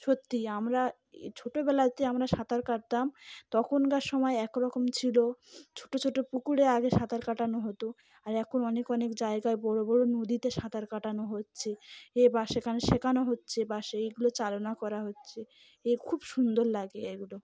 সত্যি আমরা ছোটোবেলাতে আমরা সাঁতার কাটতাম তখনকার সময় এক রকম ছিল ছোটো ছোটো পুকুরে আগে সাঁতার কাটানো হতো আর এখন অনেক অনেক জায়গায় বড়ো বড়ো নদীতে সাঁতার কাটানো হচ্ছে এ বা সে এখানে শেখানো হচ্ছে বাসে এইগুলো চালনা করা হচ্ছে এ খুব সুন্দর লাগে এগুলো